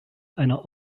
einer